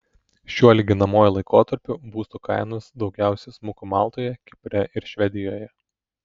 šiuo lyginamuoju laikotarpiu būsto kainos daugiausiai smuko maltoje kipre ir švedijoje